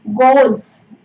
goals